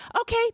Okay